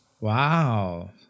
Wow